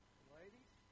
Ladies